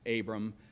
Abram